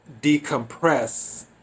decompress